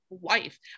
Wife